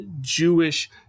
Jewish